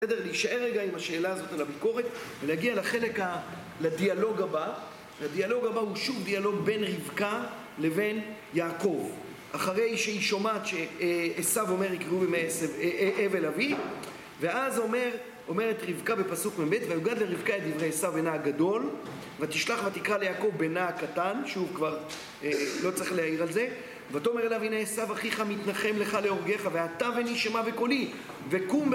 בסדר, להישאר רגע עם השאלה הזאת על הביקורת, ולהגיע לחלק ה... לדיאלוג הבא, הדיאלוג הבא הוא שוב דיאלוג בין רבקה לבין יעקב, אחרי שהיא שומעת שעשיו אומר יקרבו ימי עשס, אה.. אבל אבי ואז אומרת רבקה בפסוק מב ויוגד לרבקה את דברי עשיו בנה הגדול ותשלח ותקרא ליעקב בנה הקטן, שוב כבר לא צריך להעיר על זה, ותאמר אליו הנה עשיו אחיך מתנחם לך להורגך ואתה בני שמע בקולי וקום